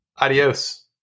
Adios